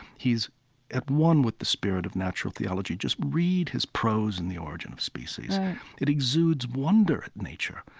he's at one with the spirit of natural theology. just read his prose in the origin of species right it exudes wonder at nature,